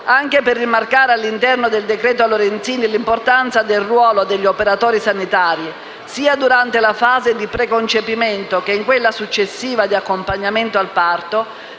anche per rimarcare all'interno del decreto-legge l'importanza del ruolo degli operatori sanitari, sia durante la fase di preconcepimento che in quella successiva di accompagnamento al parto,